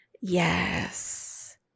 Yes